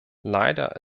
leider